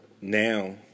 now